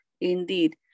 Indeed